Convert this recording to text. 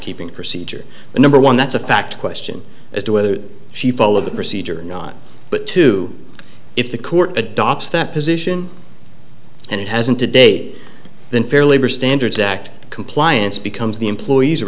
keeping procedure the number one that's a fact question as to whether she followed the procedure or not but to if the court adopts that position and it hasn't today then fair labor standards act compliance becomes the employee's